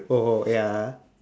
oh oh ya ah